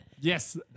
Yes